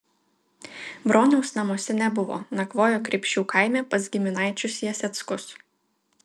broniaus namuose nebuvo nakvojo kreipšių kaime pas giminaičius jaseckus